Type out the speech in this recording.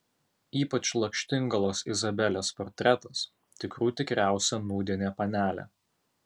ypač lakštingalos izabelės portretas tikrų tikriausia nūdienė panelė